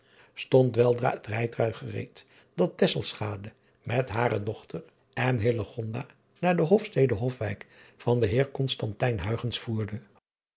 stond weldra het rijtuig gereed dat met hare dochter en naar de osstede ofwijk van den eer voerde